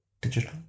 Digital